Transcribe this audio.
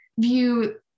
view